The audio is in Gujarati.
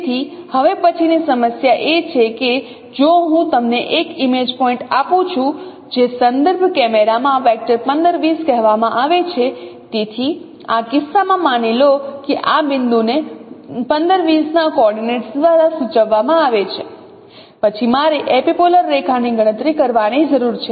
તેથી હવે પછીની સમસ્યા એ છે કે જો હું તમને એક ઇમેજ પોઇન્ટ આપું છું જે સંદર્ભ કેમેરામાં 15 20 કહેવામાં આવે છે તેથી આ કિસ્સામાં માની લો કે આ બિંદુ ને 15 20 ના કોઓર્ડિનેટ્સ દ્વારા સૂચવવામાં આવે છે પછી મારે એપિપોલર રેખાની ગણતરી કરવાની જરૂર છે